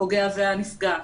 הפוגע והנפגע,